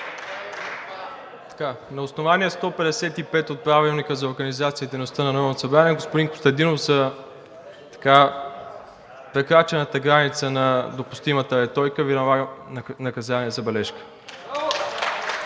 На основание чл. 155 от Правилника за организацията и дейността на Народното събрание, господин Костадинов, за прекрачената граница на допустимата риторика Ви налагам наказание „забележка“.